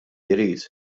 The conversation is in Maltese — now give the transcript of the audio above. jrid